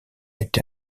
été